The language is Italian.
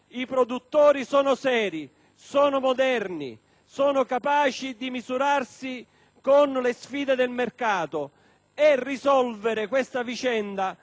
sono moderni, sono capaci di misurarsi con le sfide del mercato. Risolvere questa vicenda con una semplice mancia,